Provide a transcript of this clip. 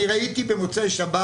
אני ראיתי במוצאי שבת.